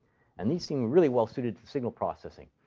and these seem really well-suited to signal processing.